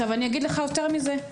יותר מזה,